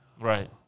Right